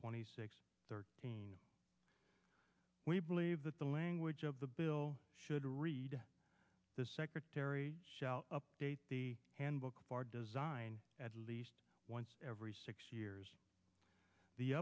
twenty six thirteen we believe that the language of the bill should read the secretary of state the handbook for design at least once every six years the